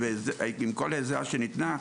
ועם כל העזרה שניתנה,